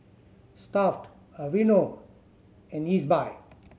Stuff'd Aveeno and Ezbuy